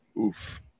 oof